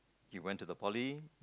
she went to the poly